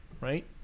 right